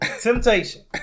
Temptation